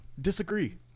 Disagree